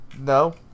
No